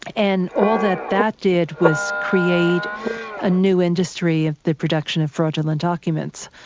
and all that that did was create a new industry of the production of fraudulent documents.